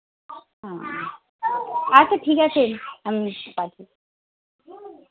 ও আচ্ছা ঠিক আছে আমি কালকে